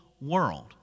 world